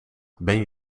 ben